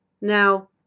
Now